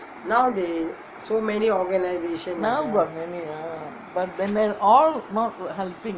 now got many but they all not helping